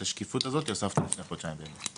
את השקיפות הזאת הוספנו לפני חודשיים בערך.